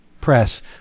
Press